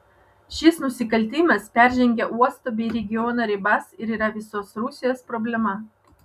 šis nusikaltimas peržengia uosto bei regiono ribas ir yra visos rusijos problema